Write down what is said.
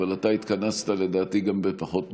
אבל אתה התכנסת לדעתי גם לפחות מזה,